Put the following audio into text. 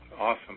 awesome